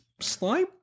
slime